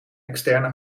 externe